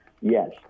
Yes